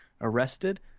arrested